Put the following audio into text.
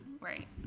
Right